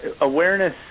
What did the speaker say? Awareness